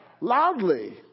loudly